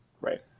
Right